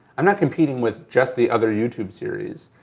i'm not competing with just the other youtube series.